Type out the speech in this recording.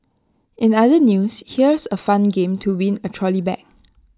in other news here's A fun game to win A trolley bag